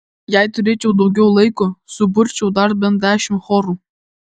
jei turėčiau daugiau laiko suburčiau dar bent dešimt chorų